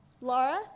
Laura